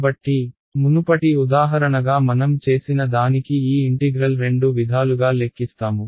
కాబట్టి మునుపటి ఉదాహరణగా మనం చేసిన దానికి ఈ ఇంటిగ్రల్ రెండు విధాలుగా లెక్కిస్తాము